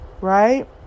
right